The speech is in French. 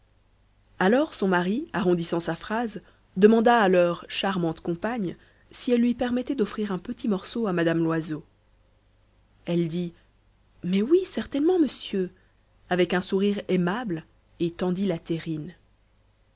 alors son mari arrondissant sa phrase demanda à leur charmante compagne si elle lui permettait d'offrir un petit morceau à mme loiseau elle dit mais oui certainement monsieur avec un sourire aimable et tendit la terrine